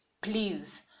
please